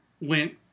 went